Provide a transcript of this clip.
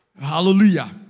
Hallelujah